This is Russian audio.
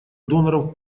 доноров